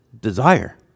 Desire